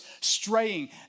straying